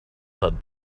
said